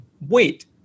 wait